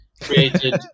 created